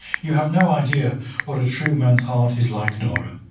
you have no idea what a true man's heart is like, nora.